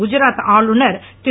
குஜராத் ஆளுநர் திரு